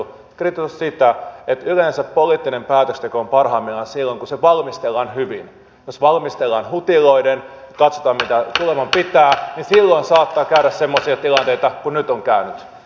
on kritisoitu sitä että yleensä poliittinen päätöksenteko on parhaimmillaan silloin kun se valmistellaan hyvin ja jos valmistellaan hutiloiden katsotaan mitä tuleman pitää niin silloin saattaa käydä semmoisia tilanteita kuin nyt on käynyt